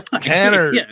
Tanner